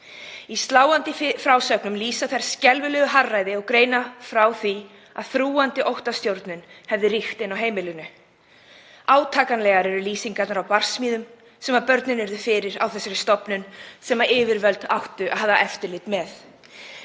Í sláandi frásögnum lýsa þær skelfilegu harðræði og greina frá því að þrúgandi óttastjórnun hafi ríkt á heimilinu. Átakanlegar eru lýsingarnar á barsmíðum sem börnin urðu fyrir á þessari stofnun, sem yfirvöld áttu að hafa eftirlit með.